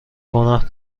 گناه